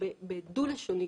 דו לשוני,